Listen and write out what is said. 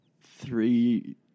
three